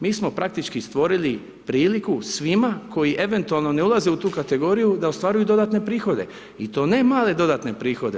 Mi smo praktički stvorili priliku svima, koji eventualno ne ulaze u tu kategoriju da ostvaruju dodatne prihode i to ne male dodatne prihode.